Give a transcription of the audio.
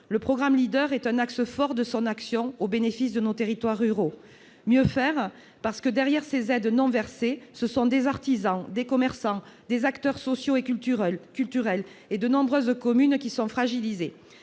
le programme Leader est un axe fort de son action au bénéfice des territoires ruraux. Il nous faut aussi mieux faire, parce que, derrière ces aides non versées, des artisans, des commerçants, des acteurs sociaux et culturels et de nombreuses communes sont fragilisés.